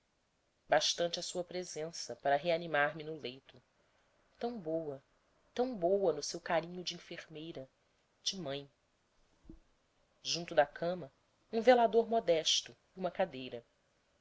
bastava a sua presença para reanimar me no leito tão boa tão boa no seu carinho de enfermeira de mãe junto da cama um velador modesto e uma cadeira